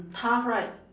tough right